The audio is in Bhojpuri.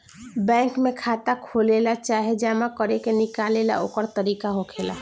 बैंक में खाता खोलेला चाहे जमा करे निकाले ला ओकर तरीका होखेला